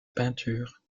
peinture